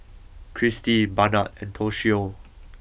Kirstie Barnard and Toshio